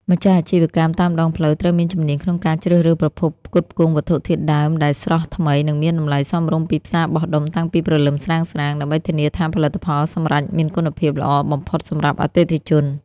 ម្ចាស់អាជីវកម្មតាមដងផ្លូវត្រូវមានជំនាញក្នុងការជ្រើសរើសប្រភពផ្គត់ផ្គង់វត្ថុធាតុដើមដែលស្រស់ថ្មី និងមានតម្លៃសមរម្យពីផ្សារបោះដុំតាំងពីព្រលឹមស្រាងៗ ដើម្បីធានាថាផលិតផលសម្រេចមានគុណភាពល្អបំផុតសម្រាប់អតិថិជន។